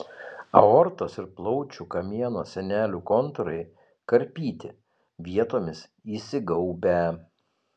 aortos ir plaučių kamieno sienelių kontūrai karpyti vietomis įsigaubę